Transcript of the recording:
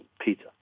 Peter